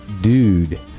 dude